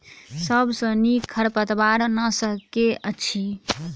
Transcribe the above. सबसँ नीक खरपतवार नाशक केँ अछि?